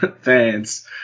fans